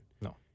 No